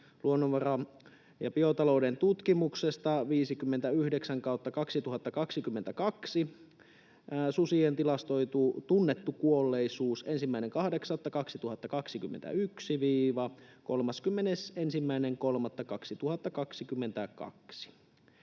Luonnonvara- ja biotalouden tutkimuksesta 59/2022: Susien tilastoitu tunnettu kuolleisuus 1.8.2021—31.3.2022.